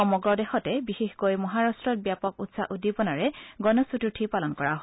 সমগ্ৰ দেশতে বিশেষকৈ মহাৰাট্টত ব্যাপক উৎসাহ উদ্দীপনাৰে গণেশ চতুৰ্থী পালন কৰা হয়